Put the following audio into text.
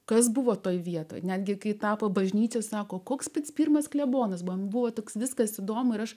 kas buvo toje vietoje netgi kai tapo bažnyčia sako koks pats pirmas klebonas man buvo toks viskas įdomu ir aš